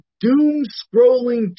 doom-scrolling